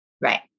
Right